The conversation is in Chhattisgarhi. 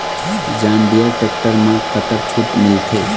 जॉन डिअर टेक्टर म कतक छूट मिलथे?